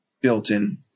built-in